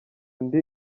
ndi